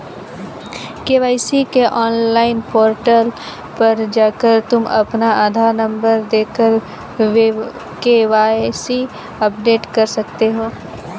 KYC के online portal पर जाकर तुम अपना आधार नंबर देकर के.वाय.सी अपडेट कर सकते हो